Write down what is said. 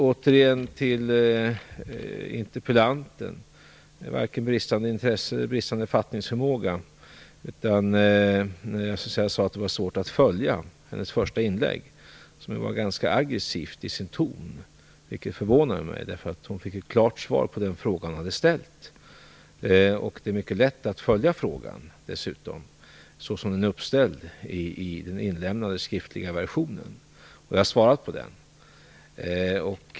Återigen till interpellanten. Det handlar inte om vare sig bristande intresse eller bristande fattningsförmåga. Jag måste säga att det var svårt att följa Siw Perssons första inlägg, vilket var ganska aggressivt till tonen. Det förvånar mig, därför att interpellanten har fått ett klart svar på den fråga som ställts. Det är mycket lätt att följa frågan så som den är uppställd i den inlämnade skriftliga versionen, och jag har svarat på den.